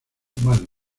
más